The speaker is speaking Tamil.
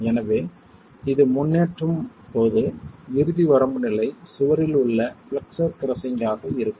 எனவே இது முன்னேறும் போது இறுதி வரம்பு நிலை சுவரில் உள்ள பிளக்ஸர் கிரஸ்ஸிங் ஆக இருக்கும்